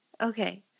Okay